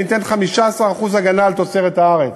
וניתן 15% הגנה על תוצרת הארץ,